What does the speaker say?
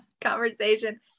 conversation